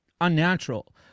unnatural